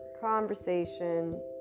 conversation